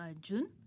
June